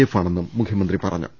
F ആണെന്നും മുഖ്യമന്ത്രി പറഞ്ഞു